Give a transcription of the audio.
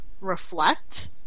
reflect